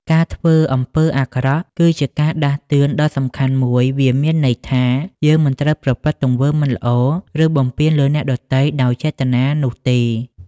ការធ្វើអំពើអាក្រក់ គឺជាការដាស់តឿនដ៏សំខាន់មួយ វាមានន័យថា យើងមិនត្រូវប្រព្រឹត្តទង្វើមិនល្អ ឬបំពានលើអ្នកដទៃដោយចេតនានោះទេ។